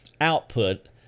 output